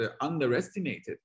underestimated